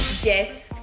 jess.